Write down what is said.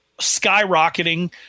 skyrocketing